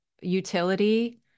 utility